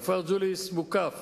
הכפר ג'וליס מוקף